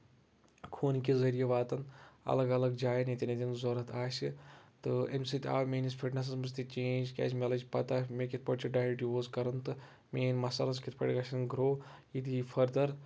خوٗنہٕ کہِ ذریعہِ واتن اَلگ اَلگ جایَن ییٚتٮ۪ن ییٚتٮ۪ن ضوٚرَتھ آسہِ تہٕ اَمہِ سۭتۍ آو میٲنِس فِٹنٮ۪سس منٛز تہِ چینج کیازِ مےٚ لٔج پَتہ مےٚ کِتھ پٲٹھۍ چھُ ڈایٹ یوٗز کَرُن تہٕ میٲنۍ مَسلز کِتھ پٲٹھۍ گژھَن گروو یہِ دِیہِ فٔردر